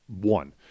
One